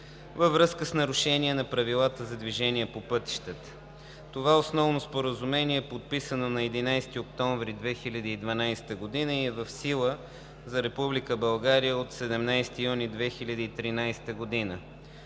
във връзка с нарушения на правилата за движение по пътищата. Това основно споразумение е подписано на 11 октомври 2012 г. и е в сила за Република България от 17 юни 2013 г.